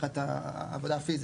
מבחינת העבודה הפיזית.